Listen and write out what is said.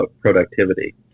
productivity